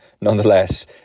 nonetheless